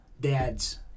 dad's